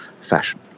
fashion